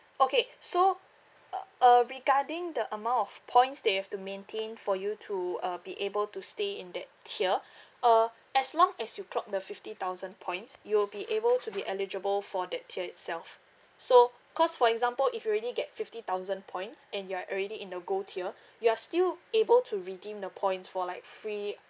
okay so uh uh regarding the amount of points that you have to maintain for you to uh be able to stay in that tier uh as long as you clock the fifty thousand points you will be able to be eligible for that tier itself so because for example if you already get fifty thousand points and you are already in the gold tier you are still able to redeem the points for like free